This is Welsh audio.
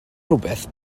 rhywbeth